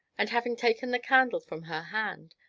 and, having taken the candle from her hand,